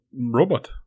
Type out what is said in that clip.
robot